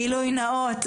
גילוי נאות,